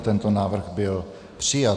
Tento návrh byl přijat.